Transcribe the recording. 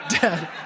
dead